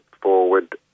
forward